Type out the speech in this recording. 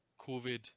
covid